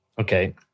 Okay